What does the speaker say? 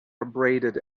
abraded